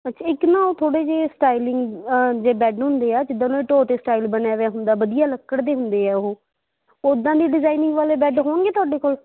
ਅੱਛਾ ਇੱਕ ਨਾ ਉਹ ਥੋੜ੍ਹੇ ਜਿਹੇ ਸਟਾਈਲਿੰਗ ਜਿਹੇ ਬੈੱਡ ਹੁੰਦੇ ਆ ਜਿੱਦਾਂ ਉਨ੍ਹਾਂ ਢੋਅ 'ਤੇ ਸਟਾਇਲ ਬਣਿਆ ਵਾ ਹੋਇਆ ਹੁੰਦਾ ਵਧੀਆ ਲੱਕੜ ਦੇ ਹੁੰਦੇ ਹੈ ਉਹ ਉੱਦਾਂ ਦੀ ਡਿਜ਼ਾਇਨਿੰਗ ਵਾਲੇ ਬੈੱਡ ਹੋਣਗੇ ਤੁਹਾਡੇ ਕੋਲ